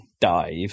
dive